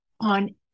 on